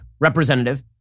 representative